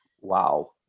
Wow